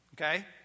Okay